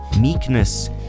meekness